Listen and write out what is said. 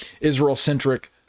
Israel-centric